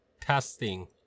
testing